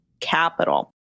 capital